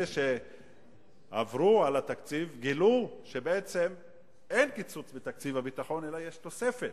אלה שעברו על התקציב גילו שבעצם אין קיצוץ בתקציב הביטחון אלא יש תוספת,